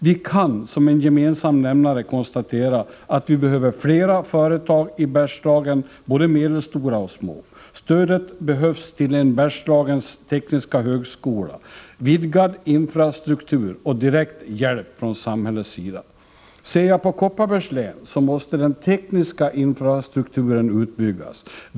Vi kan, som en gemensam nämnare, konstatera att vi behöver fler företag i Bergslagen, både medelstora och små. Stöd behövs till en Bergslagens tekniska högskola och till en vidgad infrastruktur genom direkt hjälp från samhällets sida. Ser jag på Kopparbergs län kan jag konstatera att den tekniska infrastrukturen måste utbyggas.